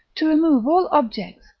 to remove all objects,